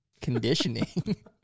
conditioning